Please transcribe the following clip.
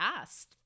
asked